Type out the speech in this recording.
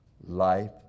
Life